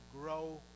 grow